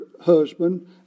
husband